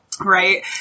Right